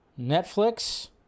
Netflix